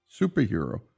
superhero